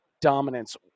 dominance